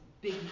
big